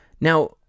Now